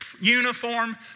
uniform